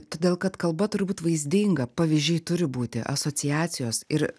todėl kad kalba turi būt vaizdinga pavyzdžiai turi būti asociacijos ir